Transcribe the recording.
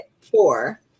four